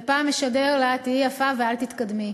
ופעם משדר לה "תהיי יפה ואל תתקדמי",